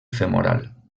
femoral